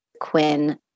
Quinn